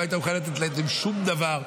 לא הייתה מוכנה לתת להם שום דבר,